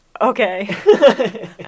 Okay